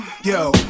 Yo